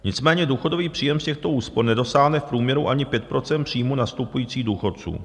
Nicméně důchodový příjem z těchto úspor nedosáhne v průměru ani 5 % příjmů nastupujících důchodců.